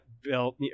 built